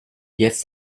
jetzt